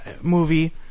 movie